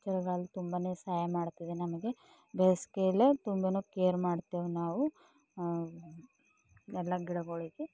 ಚಳಿಗಾಲ ತುಂಬನೇ ಸಹಾಯ ಮಾಡ್ತದೆ ನಮಗೆ ಬೇಸಿಗೆಯಲ್ಲೇ ತುಂಬನೇ ಕೇರ್ ಮಾಡ್ತೇವೆ ನಾವು ಎಲ್ಲ ಗಿಡಗಳಿಗೆ